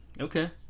Okay